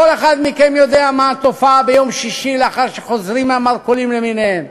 כל אחד מכם יודע מה התופעה ביום שישי לאחר שחוזרים מהמרכולים למיניהם,